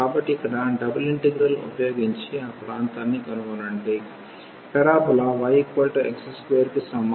కాబట్టి ఇక్కడ double integral ఉపయోగించి ఆ ప్రాంతాన్ని కనుగొనండి పరబోలా yx2 కి సమానం మరియు y అనేది x కి సమానం